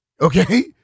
Okay